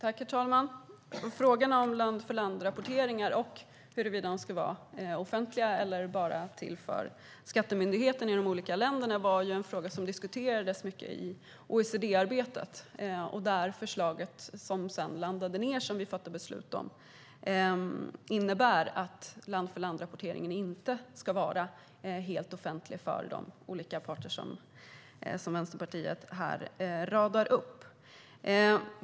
Herr talman! Frågan om land-för-land-rapporteringar och huruvida de ska vara offentliga eller bara till för skattemyndigheterna i de olika länderna diskuterades mycket i OECD-arbetet. Förslaget som man sedan landade i och som vi fattade beslut om innebär att land-för-land-rapporteringen inte ska vara helt offentlig för de olika parter som Vänsterpartiet här radar upp.